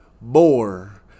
more